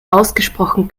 ausgesprochen